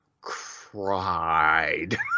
cried